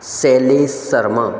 Shailesh Sharma